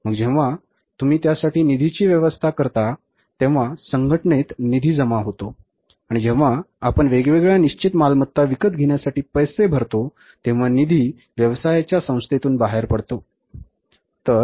मग जेव्हा तुम्ही त्यासाठी निधीची व्यवस्था करता तेव्हा संघटनेत निधी जमा होतो आणि जेव्हा आपण वेगवेगळ्या निश्चित मालमत्ता विकत घेण्यासाठी पैसे भरतो तेव्हा निधी व्यवसायाच्या संस्थेतून बाहेर पडतो बरोबर